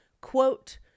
quote